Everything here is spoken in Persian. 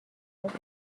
مدت